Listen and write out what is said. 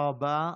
בבקשה.